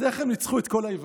אז איך הם ניצחו את כל היוונים?